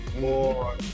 more